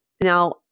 Now